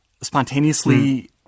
spontaneously